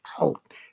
out